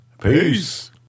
Peace